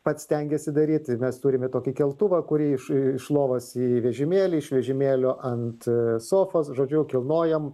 pats stengiasi daryt mes turim ir tokį keltuvą kur iš lovos į vežimėlį iš vežimėlio ant sofos žodžiu kilnojam